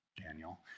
Daniel